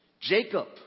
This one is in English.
Jacob